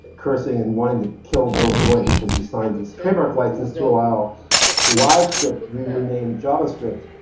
cursing, and wanting to kill bill joy because he signed this trademark license to allow livescript to be renamed javascript,